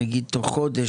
נגיד תוך חודש,